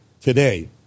today